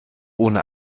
ohne